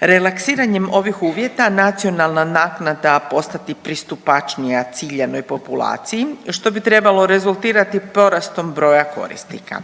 relaksiranjem ovih uvjeta nacionalna naknada postati pristupačnija ciljanoj populaciji što bi trebalo rezultirati porastom broja korisnika.